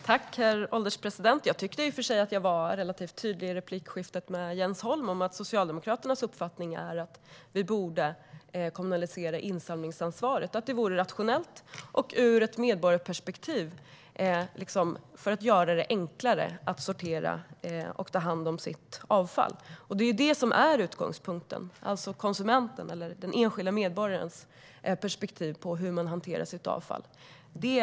Herr ålderspresident! Jag tyckte i och för sig att jag var relativt tydlig i replikskiftet med Jens Holm om att Socialdemokraternas uppfattning är att vi borde kommunalisera insamlingsansvaret. Det vore rationellt och skulle ur ett medborgarperspektiv göra det enklare att sortera och ta hand om sitt avfall. Konsumentens, den enskilda medborgarens, perspektiv på hur man hanterar sitt avfall är utgångspunkten.